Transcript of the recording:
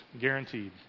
guaranteed